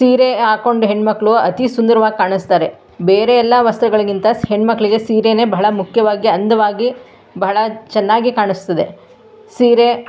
ಸೀರೆ ಹಾಕ್ಕೊಂಡು ಹೆಣ್ಣುಮಕ್ಳು ಅತೀ ಸುಂದರವಾಗ್ ಕಾಣಿಸ್ತಾರೆ ಬೇರೆ ಎಲ್ಲ ವಸ್ತ್ರಗಳಿಗಿಂತ ಹೆಣ್ಣುಮಕ್ಳಿಗೆ ಸೀರೆನೇ ಬಹಳ ಮುಖ್ಯವಾಗಿ ಅಂದವಾಗಿ ಬಹಳ ಚೆನ್ನಾಗಿ ಕಾಣಿಸ್ತದೆ ಸೀರೆ